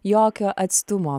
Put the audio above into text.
jokio atstumo